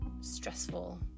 stressful